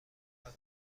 محقق